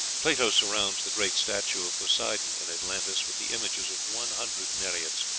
plato surrounds the great statue of poseidon in atlantis with the images of one hundred nereids.